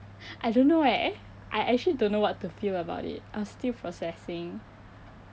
I don't know eh I actually don't know what to feel about it I'm still processing